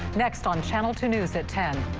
next on channel two news at ten